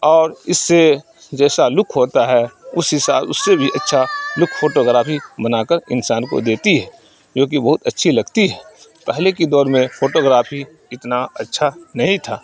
اور اس سے جیسا لک ہوتا ہے اس اس سے بھی اچھا لک فوٹوگرافی بنا کر انسان کو دیتی ہے جو کہ بہت اچھی لگتی ہے پہلے کی دور میں فوٹوگرافی اتنا اچھا نہیں تھا